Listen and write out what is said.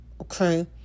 okay